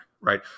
right